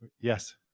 yes